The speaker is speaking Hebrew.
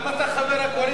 שבשמה אתה מגיש,